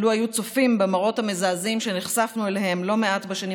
לו היו צופים במראות המזעזעים שנחשפנו אליהם לא מעט בשנים